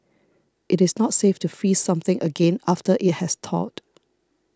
it is not safe to freeze something again after it has thawed